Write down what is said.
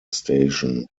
station